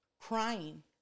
crying